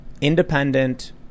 independent